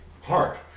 hard